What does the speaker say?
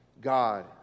God